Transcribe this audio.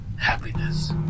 happiness